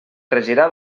regirà